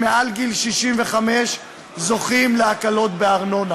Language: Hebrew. אדוני היושב-ראש, אדוני ראש הממשלה,